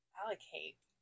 allocate